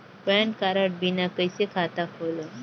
Pan card बिना कइसे खाता खोलव?